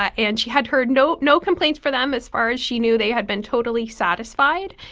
and she had heard no no complaints for them. as far as she knew, they had been totally satisfied.